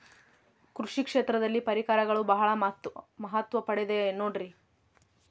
ಕೃಷಿ ಕ್ಷೇತ್ರದಲ್ಲಿ ಪರಿಕರಗಳು ಬಹಳ ಮಹತ್ವ ಪಡೆದ ನೋಡ್ರಿ?